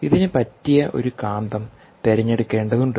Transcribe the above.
ഇതിനു പറ്റിയ ഒരു കാന്തം തിരഞ്ഞെടുക്കേണ്ടത് ഉണ്ട്